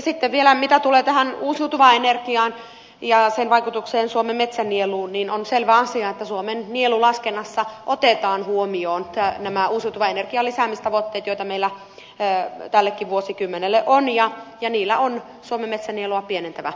sitten vielä mitä tulee uusiutuvaan energiaan ja sen vaikutukseen suomen metsänieluun on selvä asia että suomen nielulaskennassa otetaan huomioon uusiutuvan energian lisäämistavoitteet joita meillä tällekin vuosikymmenelle on ja niillä on suomen metsänielua pienentävä vaikutus